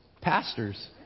Pastors